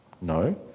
No